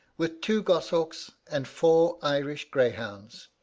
with two goshawks and four irish greyhounds